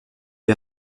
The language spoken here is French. les